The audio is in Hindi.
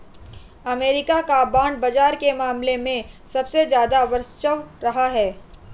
अमरीका का बांड बाजार के मामले में सबसे ज्यादा वर्चस्व रहा है